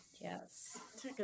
Yes